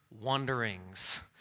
wanderings